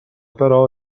però